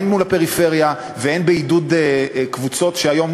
הן מול הפריפריה והן בעידוד קבוצות שהיום